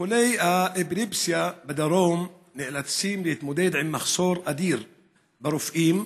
חולי האפילפסיה בדרום נאלצים להתמודד עם מחסור אדיר ברופאים.